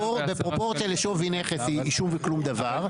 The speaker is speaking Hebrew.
בפרופורציה לשווי נכס היא שום וכלום דבר.